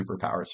superpowers